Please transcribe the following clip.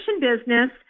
business